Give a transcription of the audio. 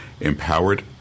empowered